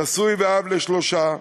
נשוי ואב לשלושה,